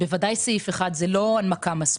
סעיף אחד זה לא הנמקה מספקת,